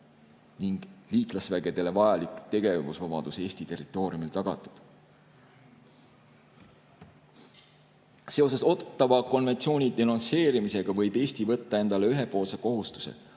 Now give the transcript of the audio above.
ning liitlasvägedele vajalik tegevusvabadus Eesti territooriumil oleks tagatud. Seoses Ottawa konventsiooni denonsseerimisega võib Eesti võtta endale ühepoolse kohustuse hoiduda